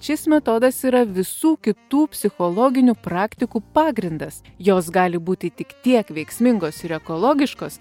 šis metodas yra visų kitų psichologinių praktikų pagrindas jos gali būti tik tiek veiksmingos ir ekologiškos